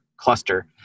cluster